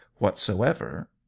whatsoever